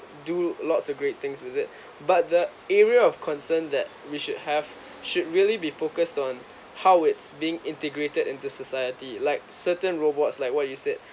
do lots of great things with it but the area of concern that we should have should really be focused on how it's being integrated into society like certain robots like what you said